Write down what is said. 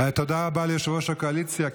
תודה רבה ליושב-ראש הקואליציה.